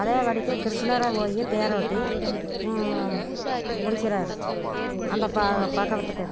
அதே படிக்கு கிருஷ்ணரும் போய் தேரோட்டி முடிக்கிறார் அந்த பகவத்து கீதையை